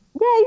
Yay